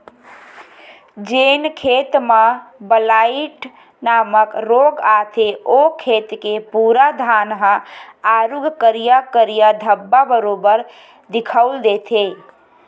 जेन खेत म ब्लाईट नामक रोग आथे ओ खेत के पूरा धान ह आरुग करिया करिया धब्बा बरोबर दिखउल देथे